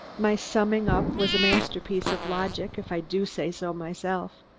my summing up was a masterpiece of logic, if i do say so myself,